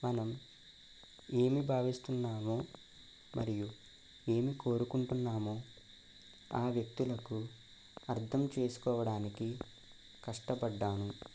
మనం ఏమి భావిస్తున్నామో మరియు ఏమి కోరుకుంటున్నామో ఆ వ్యక్తులకు అర్థం చేసుకోవడానికి కష్టపడినాను